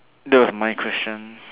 that was my question